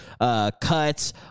cuts